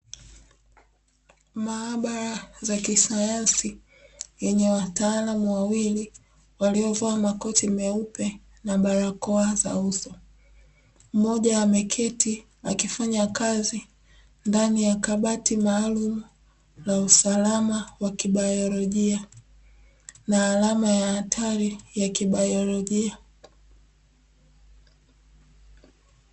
Maabara za kisayansi yenye wataalamu wawili waliovaa makoti meupe na barakoa za uso. Mmoja ameketi akifanya kazi ndani ya kabati maalumu la usalama wa kibaiolojia na alama ya hatari ya kibaiolojia.